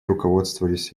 руководствовались